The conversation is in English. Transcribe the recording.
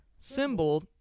symbol